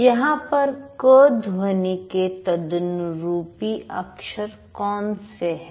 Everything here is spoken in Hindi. यहां पर क ध्वनि के तदनुरूपी अक्षर कौन से हैं